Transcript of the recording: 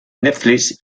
netflix